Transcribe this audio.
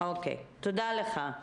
תודה לך.